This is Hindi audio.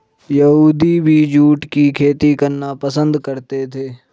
यहूदी भी जूट की खेती करना पसंद करते थे